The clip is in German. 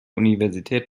universität